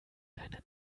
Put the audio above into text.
deinen